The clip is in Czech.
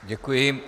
Děkuji.